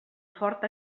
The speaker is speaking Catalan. fort